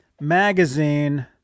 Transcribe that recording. Magazine